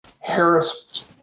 Harris